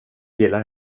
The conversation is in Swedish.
gillar